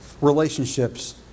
relationships